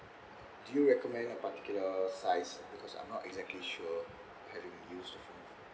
do you recommend a particular size because I'm not exactly sure use the phone